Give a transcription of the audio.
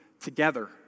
together